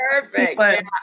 Perfect